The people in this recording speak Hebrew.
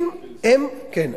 כן.